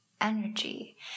energy